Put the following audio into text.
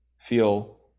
feel